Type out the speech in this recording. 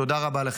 תודה רבה לכם.